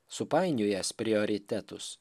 supainiojęs prioritetus